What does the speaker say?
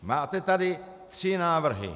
Máte tady tři návrhy.